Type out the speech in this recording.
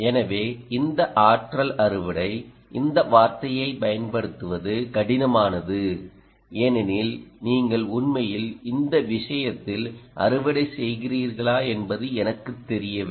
எனவே இந்த ஆற்றல் அறுவடை இந்த வார்த்தையைப் பயன்படுத்துவது கடினமானது ஏனெனில் நீங்கள் உண்மையில் இந்த விஷயத்தில் அறுவடை செய்கிறீர்களா என்பது எனக்குத் தெரியவில்லை